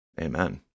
Amen